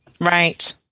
right